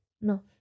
No